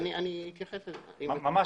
אני שמח